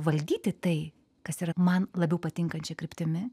valdyti tai kas yra man labiau patinkančia kryptimi